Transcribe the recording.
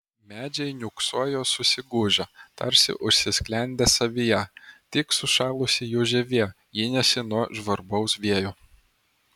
medžiai niūksojo susigūžę tarsi užsisklendę savyje tik sušalusi jų žievė gynėsi nuo žvarbaus vėjo